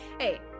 Hey